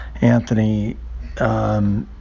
anthony